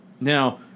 now